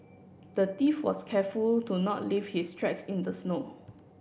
the thief was careful to not leave his tracks in the snow